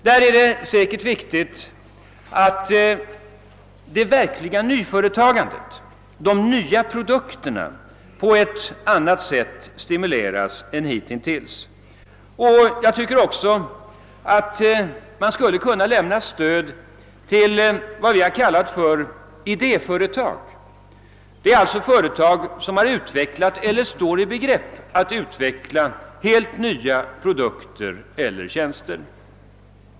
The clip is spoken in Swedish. Där är det viktigt att det verkliga nyföretagandet, de nya produkterna, på ett annat sätt än hittills stimuleras. Man skulle också kunna lämna stöd till vad vi har kallat idéföretag, alltså företag som utvecklat eller står i begrepp att utveckla helt nya produkter eller tjänster.